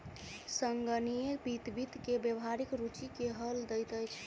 संगणकीय वित्त वित्त के व्यावहारिक रूचि के हल दैत अछि